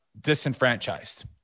disenfranchised